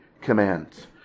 commands